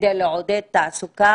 כדי לעודד תעסוקה.